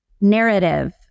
narrative